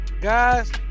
Guys